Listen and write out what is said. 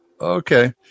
okay